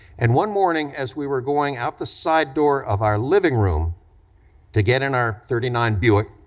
and one morning as we were going out the side door of our living room to get in our thirty nine buick